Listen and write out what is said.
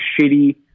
shitty